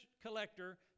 collector